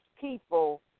people